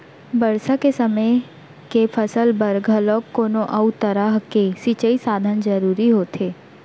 बरसा के समे के फसल बर घलोक कोनो अउ तरह के सिंचई साधन जरूरी होथे